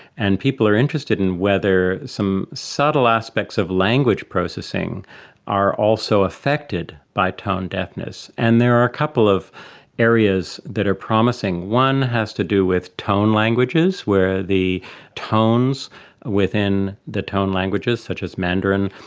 and people are interested in whether some subtle aspects of language processing are also affected by tone deafness. and there are couple of areas that are promising. one has to do with tone languages where the tones within the tone languages, such as mandarin,